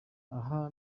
aha